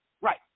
Right